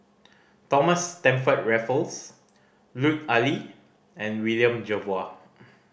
Thomas Stamford Raffles Lut Ali and William Jervois